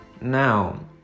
Now